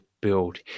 build